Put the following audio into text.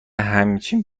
همچنین